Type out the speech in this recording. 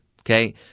Okay